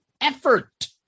effort